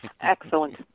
Excellent